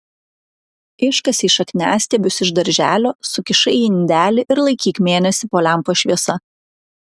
iškasei šakniastiebius iš darželio sukišai į indelį ir laikyk mėnesį po lempos šviesa